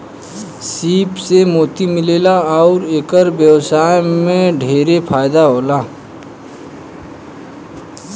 सीप से मोती मिलेला अउर एकर व्यवसाय में ढेरे फायदा होला